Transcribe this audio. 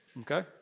Okay